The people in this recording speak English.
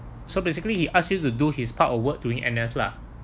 so basically he ask you to do his part of work during N_S lah